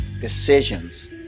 decisions